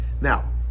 Now